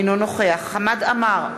אינו נוכח חמד עמאר,